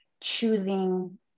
choosing